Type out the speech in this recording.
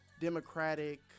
Democratic